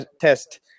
test